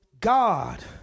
God